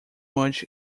much